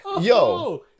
Yo